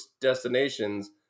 destinations